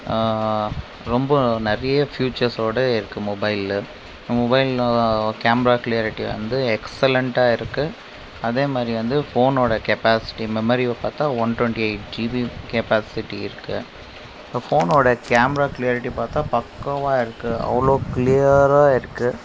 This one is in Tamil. ரொம்ப நிறைய ஃபியூச்சர்ஸோடு இருக்குது மொபைலு அந்த மொபைலில் கேமரா கிளியரிட்டி வந்து எக்ஸலண்ட்டாக இருக்குது அதே மாதிரி வந்து ஃபோனோடய கெப்பாசிட்டி மெமரியை பார்த்தா one twenty eight GB capacity இருக்குது இந்த ஃபோனோடய கேமரா கிளியரிட்டி பார்த்தா பக்கவாக இருக்குது அவ்வளோ கிளியராக இருக்குது